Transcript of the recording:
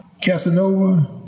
Casanova